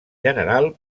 general